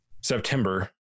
September